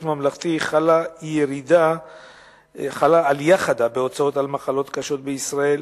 ממלכתי חלה עלייה חדה בהוצאות על מחלות קשות בישראל,